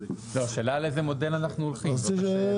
השאלה על איזה מודל אנחנו הולכים, זאת השאלה.